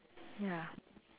ya